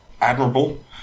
admirable